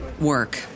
work